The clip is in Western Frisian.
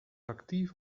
aktyf